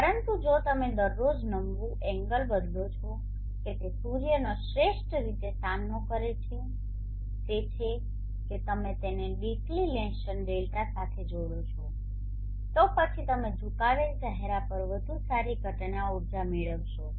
પરંતુ જો તમે દરરોજ નમવું એંગલ બદલો છો કે તે સૂર્યનો શ્રેષ્ઠ રીતે સામનો કરે છે તે છે કે તમે તેને ડિક્લિનેશન ડેલ્ટા સાથે જોડો છો તો પછી તમે ઝુકાવેલ ચહેરા પર વધુ સારી ઘટના ઉર્જા મેળવશો